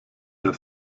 der